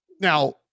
Now